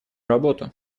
работу